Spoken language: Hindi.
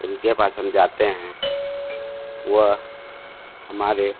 उनके पास हम जाते हैं वो हमारे